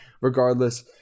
Regardless